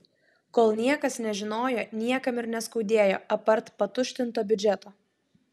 kol niekas nežinojo niekam ir neskaudėjo apart patuštinto biudžeto